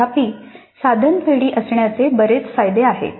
तथापि साधन पेढी असण्याचे बरेच फायदे आहेत